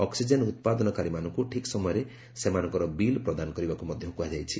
oxygen ଉତ୍ପାଦନକାରୀମାନଙ୍କୁ ଠିକ୍ ସମୟରେ ସେମାନଙ୍କର ବିଲ୍ ପ୍ରଦାନ କରିବାକୁ ମଧ୍ୟ କୁହାଯାଇଛି